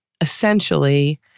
essentially